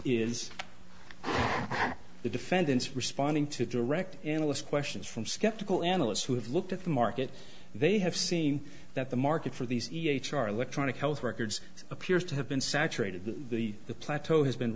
is the defendants responding to direct analysts questions from skeptical analysts who have looked at the market they have seen that the market for these e h r electronic health records appears to have been saturated the the plateau has been